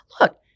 Look